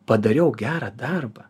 padariau gerą darbą